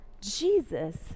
Jesus